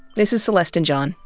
this is celeste and john,